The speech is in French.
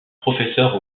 professeur